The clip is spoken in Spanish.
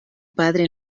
padre